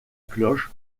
cloche